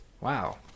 wow